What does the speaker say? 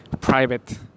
private